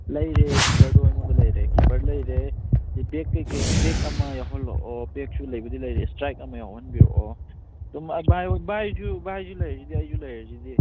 ꯂꯩꯔꯦ ꯀꯤꯄꯔꯗꯨ ꯑꯩꯉꯣꯟꯗ ꯂꯩꯔꯦ ꯀꯤꯄꯔ ꯂꯩꯔꯦ ꯑꯗꯨ ꯕꯦꯛ ꯀꯩ ꯀꯩ ꯕꯦꯛ ꯑꯃ ꯌꯥꯎꯍꯂꯛꯑꯣ ꯕꯦꯛꯁꯨ ꯂꯩꯕꯨꯗꯤ ꯂꯩꯔꯦ ꯏꯁꯇ꯭ꯔꯥꯏꯛ ꯑꯃ ꯌꯥꯎꯍꯟꯕꯤꯔꯛꯑꯣ ꯑꯗꯨꯝ ꯚꯥꯏꯁꯨ ꯂꯩꯔꯁꯤꯗꯤ ꯑꯩꯁꯨ ꯂꯩꯔꯁꯤꯗꯤ